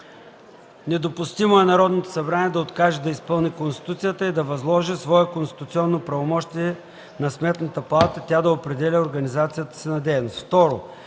Недопустимо е Народното събрание да откаже да изпълни Конституцията и да възложи свое конституционно правомощие на Сметната палата – тя да определя организацията си на